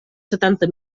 setanta